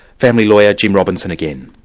family lawyer jim robinson again.